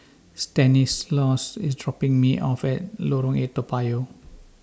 Stanislaus IS dropping Me off At Lorong eight Toa Payoh